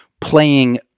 playing